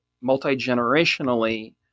multi-generationally